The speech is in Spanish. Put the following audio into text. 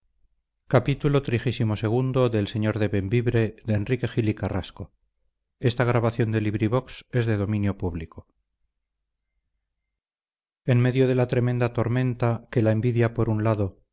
cervantes en medio de la tremenda tormenta que la envidia por un lado